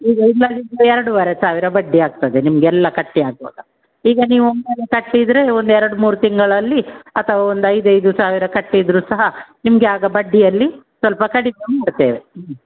ಈಗ ಇಲ್ಲದಿದ್ದರೆ ಎರಡುವರೆ ಸಾವಿರ ಬಡ್ಡಿ ಆಗ್ತದೆ ನಿಮ್ಗೆ ಎಲ್ಲ ಕಟ್ಟಿ ಆಗುವಾಗ ಈಗ ನೀವು ಒಮ್ಮೆಲೆ ಕಟ್ಟಿದರೆ ಒಂದು ಎರಡು ಮೂರು ತಿಂಗಳಲ್ಲಿ ಅಥವಾ ಒಂದು ಐದು ಐದು ಸಾವಿರ ಕಟ್ಟಿದರು ಸಹ ನಿಮಗೆ ಆಗ ಬಡ್ಡಿಯಲ್ಲಿ ಸ್ವಲ್ಪ ಕಡಿಮೆ ಮಾಡ್ತೇವೆ ಹ್ಞೂ